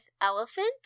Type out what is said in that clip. Elephant